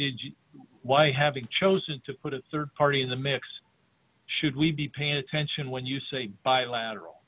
you why having chosen to put a rd party in the mix should we be paying attention when you say bilateral